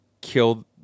kill